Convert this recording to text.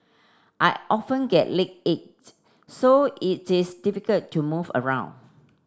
I often get leg ache so it is difficult to move around